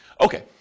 Okay